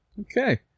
Okay